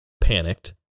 panicked